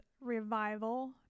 revival